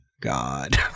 god